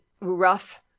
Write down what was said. rough